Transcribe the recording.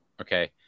Okay